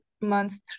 months